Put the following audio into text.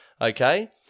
okay